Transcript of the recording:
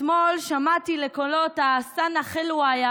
אתמול שמעתי לקולות סאנה חילווה,